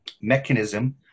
mechanism